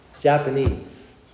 Japanese